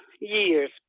years